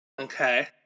Okay